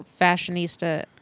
fashionista